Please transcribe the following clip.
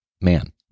man